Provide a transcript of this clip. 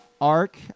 arc